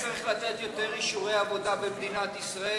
לכן צריך לתת יותר אישורי עבודה במדינת ישראל.